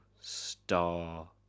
star